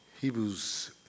Hebrews